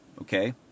Okay